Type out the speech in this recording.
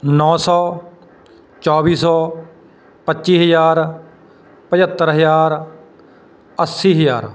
ਨੌਂ ਸੌ ਚੌਵੀ ਸੌ ਪੱਚੀ ਹਜ਼ਾਰ ਪਚੱਤਰ ਹਜ਼ਾਰ ਅੱਸੀ ਹਜ਼ਾਰ